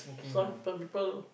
some some people